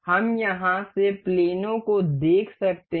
हम यहां से प्लेनों को देख सकते हैं